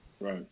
Right